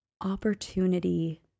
Opportunity